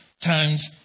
times